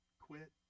quit